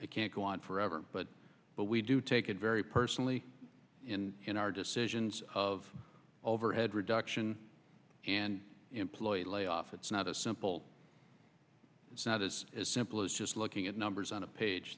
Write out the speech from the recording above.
it can't go on forever but but we do take it very personally in our decisions of overhead reduction and employee layoffs it's not a simple it's not as simple as just looking at numbers on a page